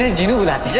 ah genie will be